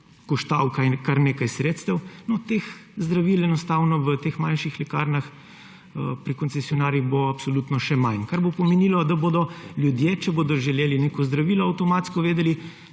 stal kar nekaj sredstev, no, teh zdravil bo enostavno v teh manjših lekarnah pri koncesionarjih absolutno še manj. Kar bo pomenilo, da bodo ljudje, če bodo želeli neko zdravilo, avtomatsko vedeli,